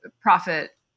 profit